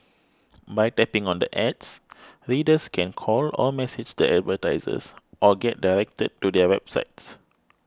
by tapping on the ads readers can call or message the advertisers or get directed to their websites